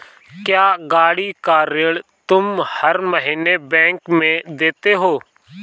क्या, गाड़ी का ऋण तुम हर महीने बैंक में देते हो?